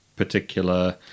particular